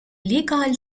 legal